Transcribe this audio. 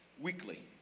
weekly